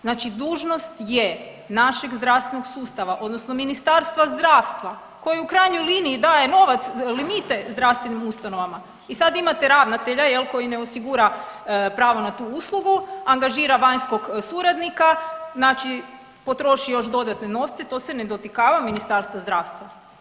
Znači dužnost je našeg zdravstvenog sustava odnosno Ministarstva zdravstva koji u krajnjoj liniji daje novac, limite zdravstvenim ustanovama i sad imate ravnatelja, je li koji ne osigura pravo na tu uslugu, angažira vanjskog suradnika, znači potroši još dodatne novce, to se ne dotikava Ministarstva zdravstva?